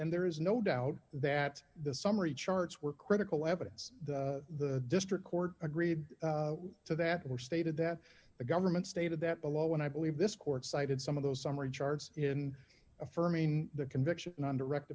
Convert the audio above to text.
and there is no doubt that the summary charts were critical evidence that the district court agreed to that were stated that the government stated that below and i believe this court cited some of those summary charts in affirming the conviction on direct